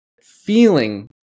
feeling